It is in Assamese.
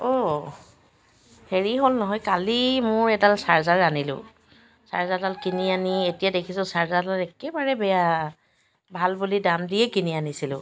অঁ হেৰি হ'ল নহয় কালি মোৰ এডাল চাৰ্জাৰ আনিলোঁ চাৰ্জাৰডাল কিনি আনি এতিয়া দেখিছোঁ চাৰ্জাৰডাল একেবাৰে বেয়া ভাল বুলি দাম দিয়ে কিনি আনিছিলোঁ